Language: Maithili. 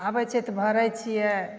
आबैत छै तऽ भरैत छियै